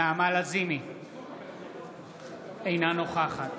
אינה נוכחת